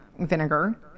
vinegar